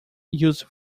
used